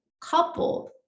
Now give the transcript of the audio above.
coupled